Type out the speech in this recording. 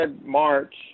March